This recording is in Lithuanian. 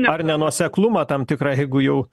ar nenuoseklumą tam tikrą jeigu jau